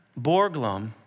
Borglum